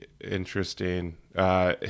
interesting